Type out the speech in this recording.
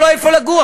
אין לו איפה לגור,